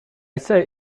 say